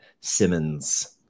Simmons